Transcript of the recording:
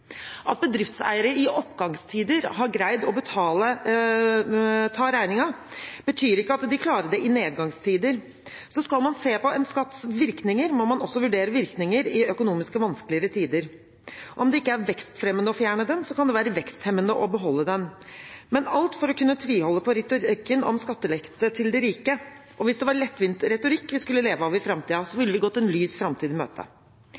At bedriftseiere i oppgangstider har greid å ta regningen, betyr ikke at de klarer det i nedgangstider. Skal man se på en skatts virkninger, må man også vurdere virkninger i økonomisk vanskeligere tider. Om det ikke er vekstfremmende å fjerne den, kan det være veksthemmende å beholde den – men alt for å kunne tviholde på retorikken om skattelette til de rike. Hvis det var lettvint retorikk vi skulle leve av i framtiden, ville vi gått en lys framtid i møte.